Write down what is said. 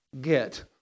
get